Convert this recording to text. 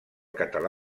català